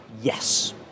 Yes